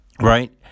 Right